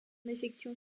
effectuant